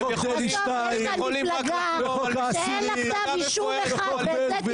אתם יכולים רק לחלום --- וחוק האסירים וחוק בן גביר.